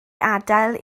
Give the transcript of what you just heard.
adael